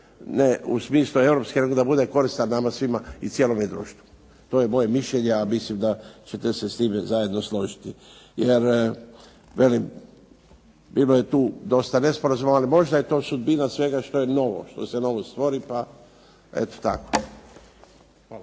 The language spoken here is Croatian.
ne u smislu europske, nego da bude koristan nama svima i cijelome društvu. To je moje mišljenje. Ja mislim da ćete se s time zajedno složiti. Jer velim, bilo je tu dosta nesporazuma. Ali možda je to sudbina svega što je novo, što se novo stvori, pa eto tako. Hvala.